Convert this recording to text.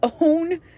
own